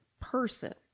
person